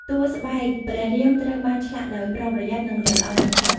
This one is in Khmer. តួស្បែកព្រះរាមត្រូវបានឆ្លាក់ដោយប្រុងប្រយ័ត្ន និងល្អិតល្អន់បំផុត ។